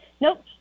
Nope